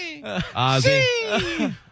Ozzy